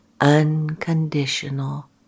Unconditional